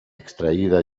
extraída